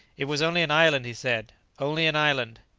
it was only an island! he said only an island!